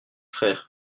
frères